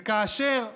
וכאשר ממשלה,